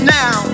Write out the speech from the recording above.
now